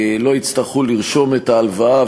לא יצטרכו לרשום את ההלוואה,